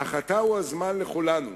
אך עתה הוא הזמן לכולנו